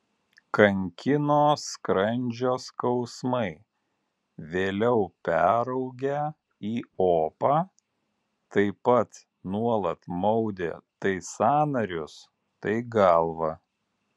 kankino skrandžio skausmai vėliau peraugę į opą taip pat nuolat maudė tai sąnarius tai galvą